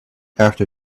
after